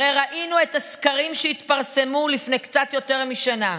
הרי ראינו את הסקרים שהתפרסמו לפני קצת יותר משנה: